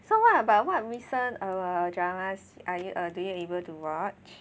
so what about what recent err dramas are you do you able to watch